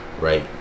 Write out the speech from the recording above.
right